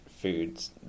Foods